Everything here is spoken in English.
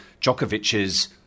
Djokovic's